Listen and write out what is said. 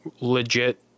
legit